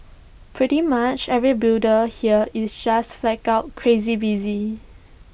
pretty much every builder here is just flat out crazy busy